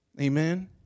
Amen